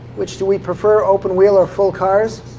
which do we prefer, open wheel or full cars?